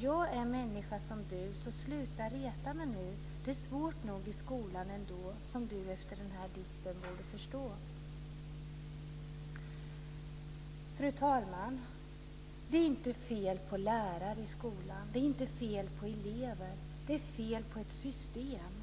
Jag är människa som du, så sluta reta mig nu. Det är svårt nog i skolan ändå, som du efter den här dikten borde förstå. Fru talman! Det är inte fel på lärare i skolan. Det är inte fel på elever. Det är fel på ett system.